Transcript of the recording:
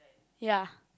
ya